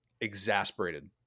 exasperated